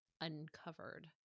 uncovered